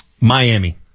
Miami